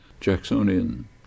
Jacksonian